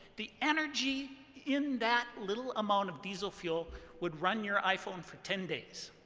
the energy in that little amount of diesel fuel would run your iphone for ten days,